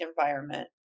environment